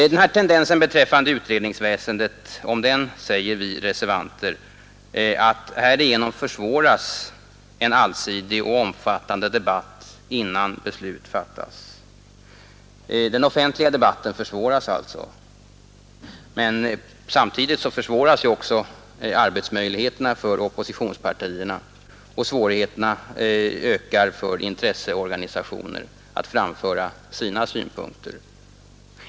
Om den här tendensen beträffande utredningsväsendet säger vi reservanter: ”Härigenom försvåras ——— en allsidig och omfattande debatt innan beslut fattas.” Den offentliga debatten försvåras alltså, men samtidigt försvåras också arbetsmöjligheterna för oppositionspartierna, och svårigheterna ökar för intresseorganisationer att framföra sina synpunkter.